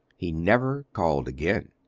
he never called again.